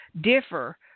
differ